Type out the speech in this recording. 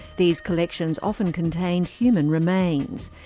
these collections often contained human remains,